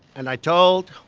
and i told